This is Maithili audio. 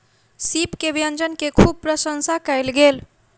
सीप के व्यंजन के खूब प्रसंशा कयल गेल